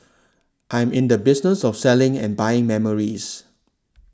I'm in the business of selling and buying memories